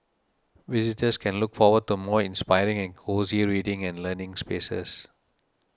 visitors can look forward to more inspiring and cosy reading and learning spaces